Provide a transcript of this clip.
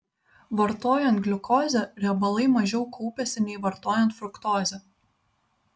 vartojant gliukozę riebalai mažiau kaupiasi nei vartojant fruktozę